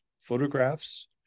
photographs